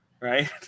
Right